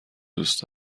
دوست